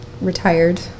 retired